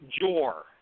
Jor